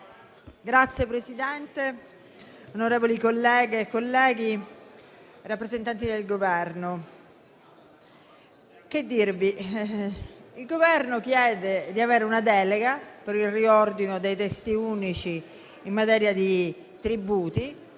Signora Presidente, onorevoli colleghe e colleghi, rappresentanti del Governo, che dirvi? Il Governo chiede di avere una delega per il riordino dei testi unici in materia di tributi